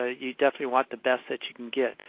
ah you definitely want the best that you can get.